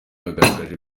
yagerageje